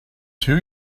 two